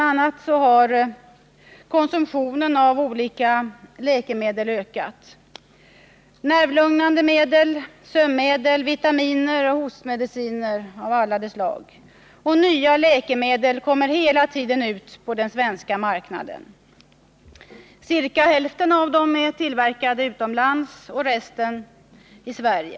a. har konsumtionen av olika läkemedel ökat — nervlugnande medel, sömnmedel, vitaminer, hostmediciner etc. Nya läkemedel kommer hela tiden ut på den svenska marknaden. Ca hälften av dem är tillverkade utomlands, resten i Sverige.